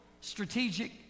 Strategic